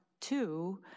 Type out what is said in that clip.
two